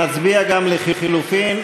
נצביע גם לחלופין.